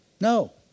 No